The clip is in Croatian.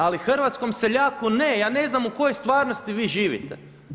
Ali, hrvatskom seljaku ne, ja ne znam, u kojoj stvarnosti vi živite.